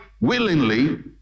willingly